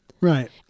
right